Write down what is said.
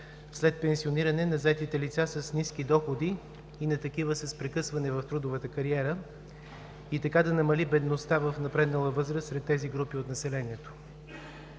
след пенсионирането на заетите лица с ниски доходи и на такива с прекъсване в трудовата кариера, и така да се намали бедността в напреднала възраст сред тези групи от населението.